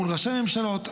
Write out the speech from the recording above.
מול ראשי ממשלות.